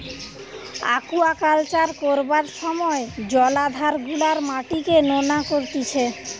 aquaculture করবার সময় জলাধার গুলার মাটিকে নোনা করতিছে